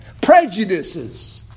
prejudices